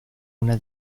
una